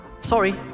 Sorry